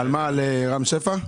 על מה, רם שפע?